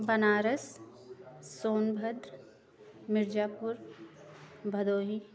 Banaras Sonbhadra Mirzapur Bhadohi